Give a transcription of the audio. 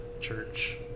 church